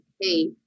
hey